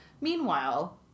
Meanwhile